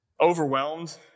overwhelmed